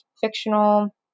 fictional